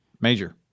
Major